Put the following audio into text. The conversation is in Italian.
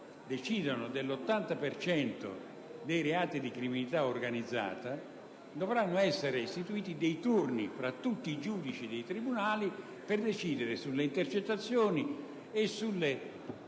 decidono dell'80 per cento dei reati di criminalità organizzata, dovranno essere istituiti dei turni tra tutti i giudici per decidere sulle intercettazioni, sulle